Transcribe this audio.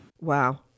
Wow